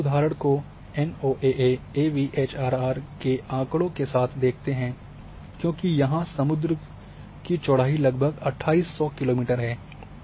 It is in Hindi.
और इस उदाहरण को एनओएए एवीएचआरआरर के आँकड़ों के साथ देखते हैं क्योंकि यहाँ समुद्र चौड़ाई लगभग 2800 किलोमीटर है